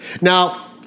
Now